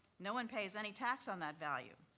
no one pays any tax on that value.